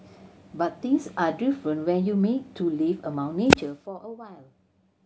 but things are different when you made to live among nature for awhile